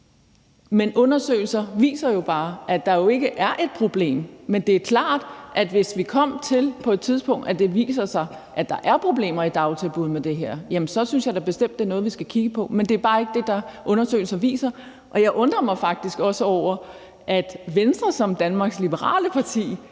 Men undersøgelser viser jo bare, at der ikke er et problem. Det er klart, at hvis vi på et tidspunkt kom til, at det viser sig, at der er problemer i dagtilbud med det her, synes jeg da bestemt, at det er noget, vi skal kigge på, men det er bare ikke det, undersøgelser viser. Jeg undrer mig faktisk også over, at Venstre som Danmarks liberale parti